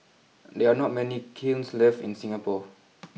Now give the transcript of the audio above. there are not many kilns left in Singapore